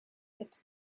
its